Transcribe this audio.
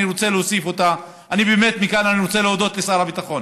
נקודה אחרונה שאני רוצה להוסיף אני באמת רוצה מכאן להודות לשר הביטחון